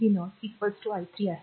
5 v0 r i3 आहे